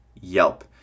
Yelp